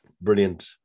Brilliant